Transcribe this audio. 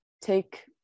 take